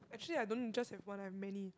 actually I don't just have one I have many